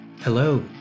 Hello